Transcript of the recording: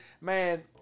man